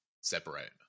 separate